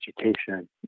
education